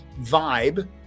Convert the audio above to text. vibe